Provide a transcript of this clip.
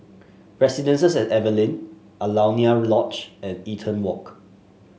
Residences at Evelyn Alaunia Lodge and Eaton Walk